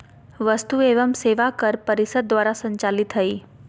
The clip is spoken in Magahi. वस्तु एवं सेवा कर परिषद द्वारा संचालित हइ